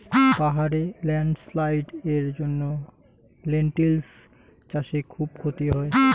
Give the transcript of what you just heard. পাহাড়ে ল্যান্ডস্লাইডস্ এর জন্য লেনটিল্স চাষে খুব ক্ষতি হয়